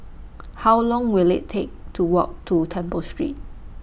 How Long Will IT Take to Walk to Temple Street